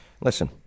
Listen